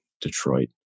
Detroit